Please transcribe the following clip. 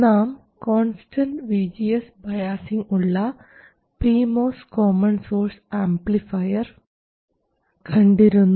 നാം constant VGS biasing ഉള്ള P MOS common source amplifier കണ്ടിരുന്നു